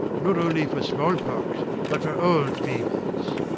not only for smallpox, but for all fevers.